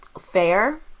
fair